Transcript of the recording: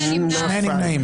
הצבעה לא אושרה נפל.